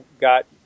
got